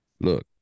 look